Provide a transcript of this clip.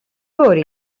μπορεί